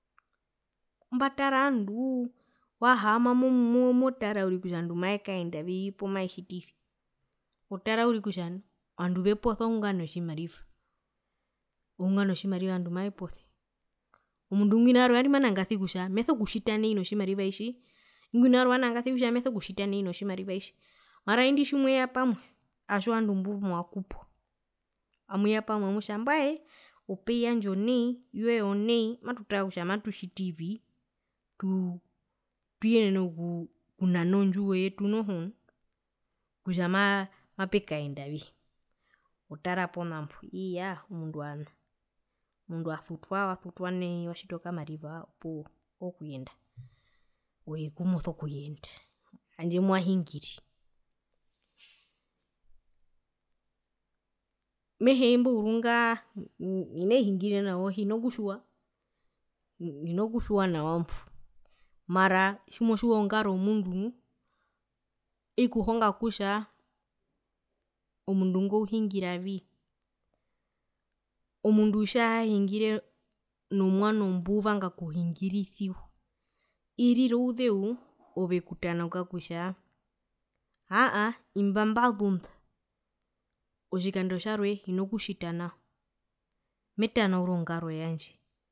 Mbatara ovanduu wahaama uriri motara ovandu kutja mavekaendavii poo mavetjitivi otara uriri kutja ovandu veposa ohunga notjimariva ohunga notjimariva ovandu mavepose, omundu ngwinaingo warwe wari amanangarasi meso kutjita nai notjimariva tji ingwina warwe wanandaasi nai meso kutjita nai notjimariva tji mara indi tjimweya pamwe otjovandu pumwakupwa amuya pamwe amutja mbwae o pay yandje onai yoee onai matutara kutja matutjitivi tuyenene okunana ondjiwo yetu noho nu kutja maa mapekaendavi mutara ponambo iya omundu asutwa poo wasutwa nai watjiti okamariva opuwo okuyenda oi kumoso kuyenda handje mwahingire, mehee imbo ourunga hinee hingire nawa hina kutjiwa hina kutjiwa nawa mbo mara tjimotjiwa ongaro yomundu nu ikuhonga kutja omundu ngo uhingiravi, omundu tjahahingire nomwano mbuvanga okuhingirisiwa irira ouzeu ove okutanauka kutja aaa imba mbazunda otjikando tjarwe hino kutjita nao metanaura ongaro yandje.